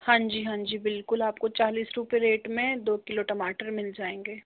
हाँ जी हाँ जी बिल्कुल आपको चालीस रुपए रेट में दो किलो टमाटर मिल जाएंगे